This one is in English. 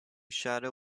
shadow